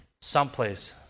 someplace